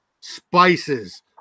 spices